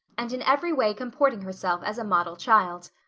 and in every way comporting herself as a model child.